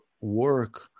work